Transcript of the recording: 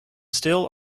still